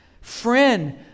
Friend